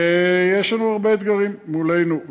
ויש לנו הרבה אתגרים מולנו,